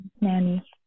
nanny